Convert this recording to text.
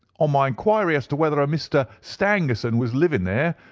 on my enquiry as to whether a mr. stangerson was living there,